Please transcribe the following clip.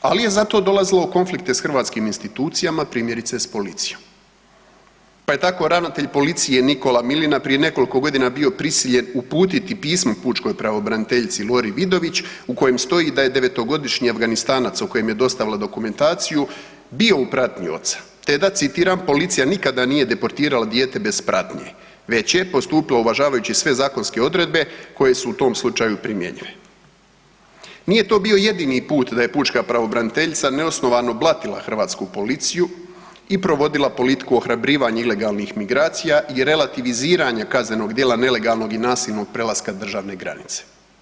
Ali je zato dolazila u konflikte sa hrvatskim institucijama primjerice s policijo, pa je tako ravnatelj policije Nikola Milina prije nekoliko godina bio prisiljen uputiti pismo pučkoj pravobraniteljici Lori Vidović u kojem stoji da je devetogodišnji Afganistanac o kojem je dostavila dokumentaciju bio u pratnji oca, te da citiram: „Policija nikada nije deportirala dijete bez pratnje, već je postupilo uvažavajući sve zakonske odredbe koje su u tom slučaju primjenjive.“ Nije to bio jedini put da je Pučka pravobraniteljica neosnovano blatila hrvatsku policiju i provodila politiku ohrabrivanja ilegalnih migracija i relativiziranja kaznenog djela nelegalnog i nasilnog prelaska državne granice.